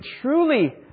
truly